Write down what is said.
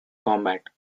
combat